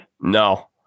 No